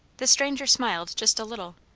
the stranger smiled just a little.